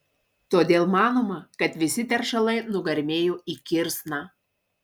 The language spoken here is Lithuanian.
todėl manoma kad visi teršalai nugarmėjo į kirsną